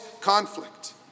conflict